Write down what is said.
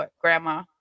grandma